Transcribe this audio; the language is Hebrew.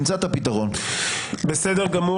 זה מה ששאלתי.